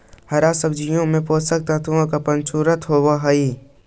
हरा सब्जियों में पोषक तत्व की प्रचुरता होवत हई